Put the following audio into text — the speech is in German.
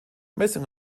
messing